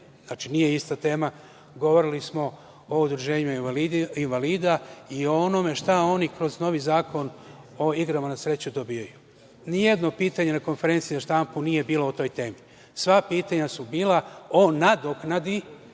štampu, nije ista tema, govorili smo o udruženjima invalida i o onome šta oni kroz novi Zakon o igrama na sreću dobijaju. Nijedno pitanje na konferenciju za štampu nije bilo o toj temi. Sva pitanja su bila o nadoknadi,